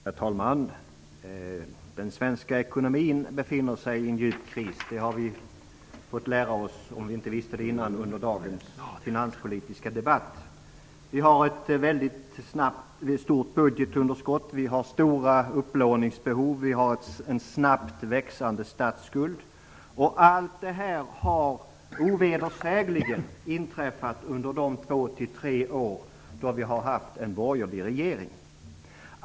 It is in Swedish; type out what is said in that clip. Herr talman! Den svenska ekonomin befinner sig i en djup kris. Om vi inte visste det innan, så har vi fått lära oss det under dagens finanspolitiska debatt. Vi har ett väldigt stort budgetunderskott, stora upplåningsbehov och en snabbt växande statsskuld. Allt detta har ovedersägligen inträffat under de två tre år då vi har haft en borgerlig regering.